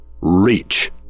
Reach